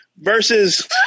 versus